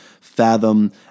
fathom